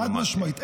חד-משמעית.